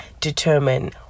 determine